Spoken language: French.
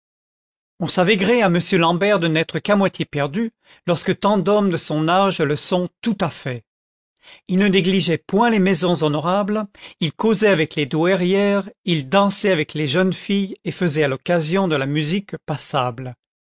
on savait gué à m l'ambert de n'être qu'à moitié perdu lorsque tant d'hommes de son âge le sont tout à fait il ne négligeait point les maisons honorables il causait avec les douairières il dansait avec les jeunes filles et faisait à l'oc casion de la musique passable